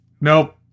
nope